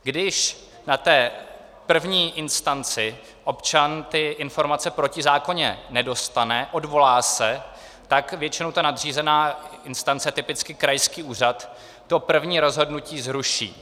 Když na té první instanci občan informace protizákonně nedostane, odvolá se, tak většinou ta nadřízená instance, typicky krajský úřad, to první rozhodnutí zruší.